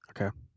Okay